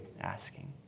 asking